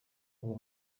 uwo